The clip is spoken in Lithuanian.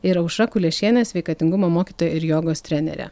ir aušra kuliešienės sveikatingumo mokytoja ir jogos trenerė